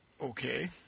Okay